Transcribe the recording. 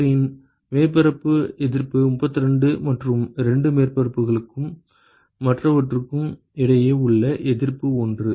அவற்றின் மேற்பரப்பு எதிர்ப்பு 32 மற்றும் 2 மேற்பரப்புகளுக்கும் மற்றவற்றுக்கும் இடையே உள்ள எதிர்ப்பு 1